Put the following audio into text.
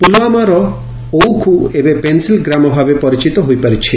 ପୁଲଓ୍ୱାମାର ଓଉଖୁ ଏବେ ପେନ୍ସିଲ୍ ଗ୍ରାମ ଭାବେ ପରିଚିତ ହୋଇପାରିଛି